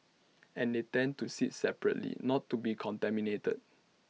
and they tend to sit separately not to be contaminated